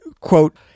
quote